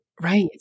Right